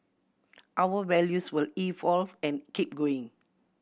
our values will evolve and keep going